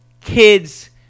kids